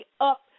up